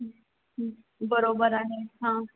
बरोबर आहे हां